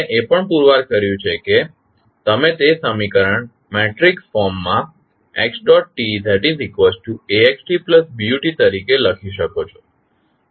આપણે એ પણ પુરવાર કર્યું છે કે તમે તે સમીકરણ મેટ્રિક્સ ફોર્મ માં xtAxtBu તરીકે લખી શકો છો